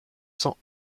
cents